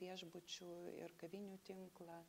viešbučių ir kavinių tinklą